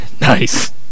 Nice